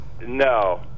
No